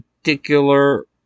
particular